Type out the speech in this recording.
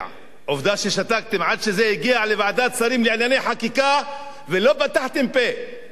עובדה ששתקתם עד שזה הגיע לוועדת השרים לענייני חקיקה ולא פתחתם פה עד